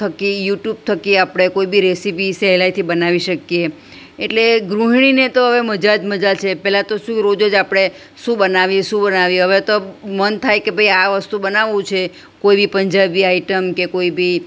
થકી યુટ્યુબ થકી આપણે કોઈ બી રેસિપી સહેલાઈથી બનાવી શકીએ એટલે ગૃહિણીને તો હવે મજા જ મજા છે પેલા તો શું રોજ રોજ આપણે શું બનાવીએ શું બનાવીએ હવે તો મન થાય કે ભાઈ આ વસ્તુ બનાવું છે કોઈ બી પંજાબી આઈટમ કે કોઈ બી